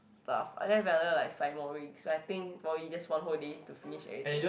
stuff I left like another five more weeks so I think probably just one whole day to finish everything